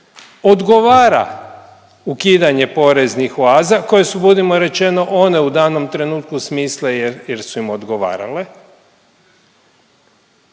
odgovara ukidanje poreznih oaza koje su, budimo rečeno, one u danom trenutku smislile jer, jer su im odgovarale